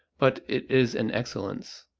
but it is an excellence.